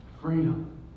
freedom